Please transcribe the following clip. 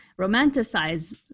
romanticize